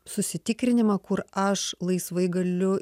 susitikrinimą kur aš laisvai galiu